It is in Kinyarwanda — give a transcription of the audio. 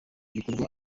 bikorwa